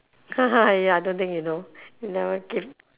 ya I don't think you know you never give